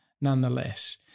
nonetheless